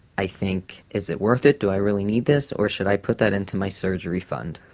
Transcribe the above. i think is it worth it, do i really need this, or should i put that into my surgery fund?